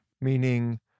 Meaning